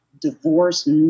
divorce